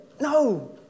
no